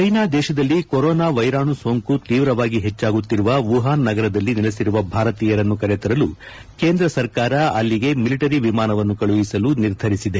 China ದೇಶದಲ್ಲಿ corona ವೈರಾಣು ಸೋಂಕು ತೀವ್ರವಾಗಿ ಹೆಚ್ಚಾಗುತ್ತಿರುವ ವುಹಾನ್ ನಗರದಲ್ಲಿ ನೆಲೆಸಿರುವ ಭಾರತೀಯರನ್ನು ಕರೆತರಲು ಕೇಂದ್ರ ಸರ್ಕಾರ ಅಲ್ಲಿಗೆ ಮಿಲಿಟರಿ ವಿಮಾನವನ್ನು ಕಳುಹಿಸಲು ನಿರ್ಧರಿಸಿದೆ